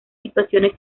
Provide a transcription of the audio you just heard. situaciones